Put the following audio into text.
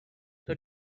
her